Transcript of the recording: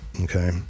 Okay